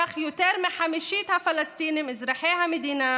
כך יותר מחמישית הפלסטינים אזרחי המדינה